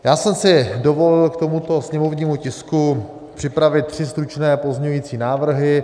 Já jsem si dovolil k tomuto sněmovnímu tisku připravit tři stručné pozměňovací návrhy.